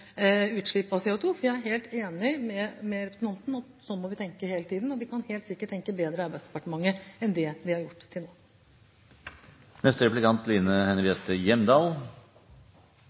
utslipp av CO2. Jeg er helt enig med representanten i at sånn må vi tenke hele tiden. Vi kan helt sikkert tenke bedre på dette i Arbeidsdepartementet enn det vi har gjort til